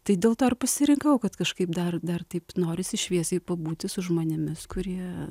tai dėl to ir pasirinkau kad kažkaip dar dar taip norisi šviesiai pabūti su žmonėmis kurie